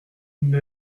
une